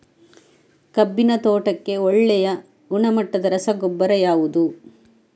ಕಬ್ಬಿನ ತೋಟಕ್ಕೆ ಒಳ್ಳೆಯ ಗುಣಮಟ್ಟದ ರಸಗೊಬ್ಬರ ಯಾವುದು?